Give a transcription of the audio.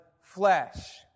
flesh